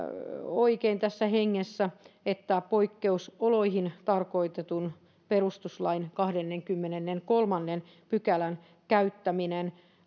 oikein tässä hengessä että poikkeusoloihin tarkoitetun perustuslain kahdennenkymmenennenkolmannen pykälän käyttäminen